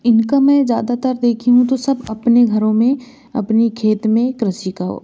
इनका मैं ज़्यादातर देखी हूँ तो सब अपने घरों में अपने खेत में कृषि को